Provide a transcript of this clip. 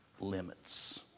limits